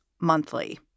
monthly